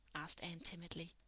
asked anne timidly.